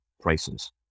prices